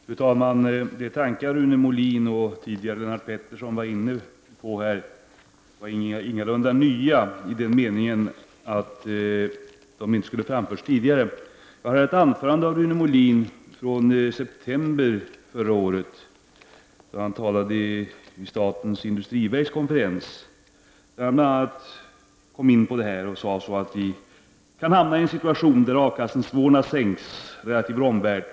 Fru talman! De tankar Rune Molin och tidigare Lennart Pettersson var inne på var ingalunda nya, i den meningen att de inte skulle ha framförts tidigare. I ett anförande som Rune Molin höll i september förra året vid statens industriverks konferens kom han bl.a. in på detta. Han sade då att vi kan komma att hamna i en situation där avkastningsnivåerna sänks i förhållande till vår omvärld.